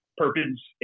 purpose